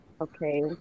okay